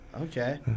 Okay